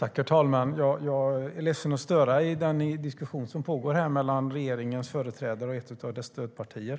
Herr talman! Jag är ledsen att störa i den diskussion som pågår här mellan regeringens företrädare och ett av dess stödpartier.